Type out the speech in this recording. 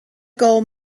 gold